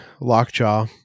Lockjaw